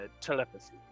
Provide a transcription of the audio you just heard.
telepathy